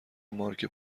مارک